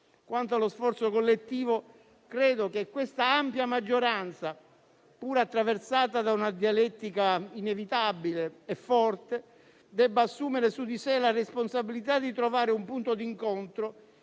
Quanto allo sforzo collettivo, credo che questa ampia maggioranza, pure attraversata da una dialettica inevitabile e forte, debba assumere su di sé la responsabilità di trovare un punto di incontro